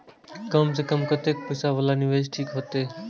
कम से कम कतेक पैसा वाला निवेश ठीक होते?